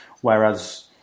Whereas